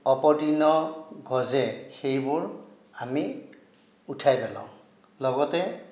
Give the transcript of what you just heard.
অপতৃণ গজে সেইবোৰ আমি উঠাই পেলাওঁ লগতে